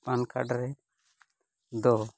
PAN card ᱨᱮᱫᱚ